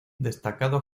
destacado